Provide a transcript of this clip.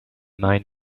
mind